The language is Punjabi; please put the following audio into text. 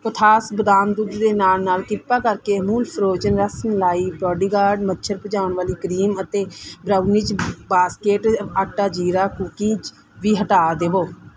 ਕੋਥਾਸ ਬਦਾਮ ਦੁੱਧ ਦੇ ਨਾਲ ਨਾਲ ਕਿਰਪਾ ਕਰਕੇ Amul frozen rasmalai bodyguard ਮੱਛਰ ਭਜਾਉਣ ਵਾਲੀ ਕਰੀਮ ਅਤੇ brownies basket atta jeera cookies ਵੀ ਹਟਾ ਦੇਵੋ